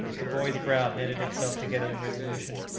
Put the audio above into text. the boy's brow knitted itself together in resolution,